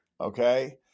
Okay